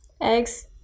eggs